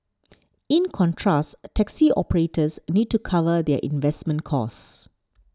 in contrast taxi operators need to cover their investment costs